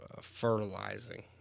fertilizing